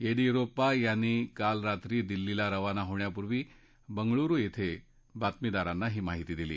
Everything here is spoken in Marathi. येदियुरप्पा यांनी काल रात्री दिल्लीला रवाना होण्यापूर्वी बंगळुर खे बातमीदारांना ही माहिती दिली